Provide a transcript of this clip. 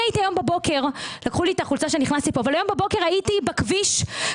הבוקר הייתי בכביש,